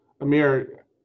Amir